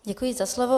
Děkuji za slovo.